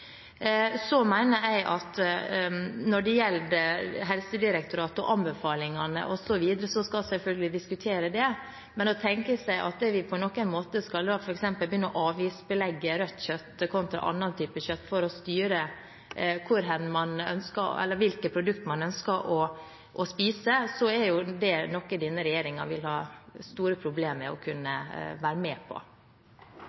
Så mener jeg at når det gjelder Helsedirektoratet og anbefalingene osv., skal vi selvfølgelig diskutere det, men det å tenke seg at vi på noen måte f.eks. skal begynne å avgiftsbelegge rødt kjøtt kontra annen type kjøtt for å styre hvilke produkter man ønsker å spise, er noe denne regjeringen vil ha store problemer med å kunne være med på.